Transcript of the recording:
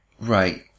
Right